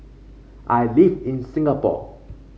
I live in Singapore